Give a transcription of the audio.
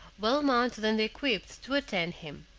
well mounted and equipped, to attend him.